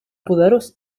poderós